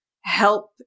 help